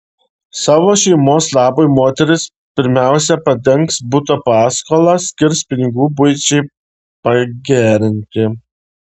savo šeimos labui moteris pirmiausia padengs buto paskolą skirs pinigų buičiai pagerinti